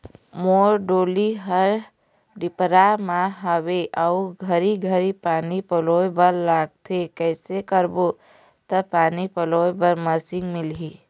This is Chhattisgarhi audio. मोर डोली हर डिपरा म हावे अऊ घरी घरी पानी पलोए बर लगथे कैसे करबो त पानी पलोए बर मशीन मिलही?